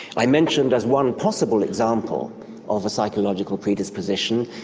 i mentioned as one possible example of a psychological predisposition,